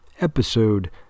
Episode